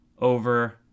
over